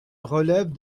relève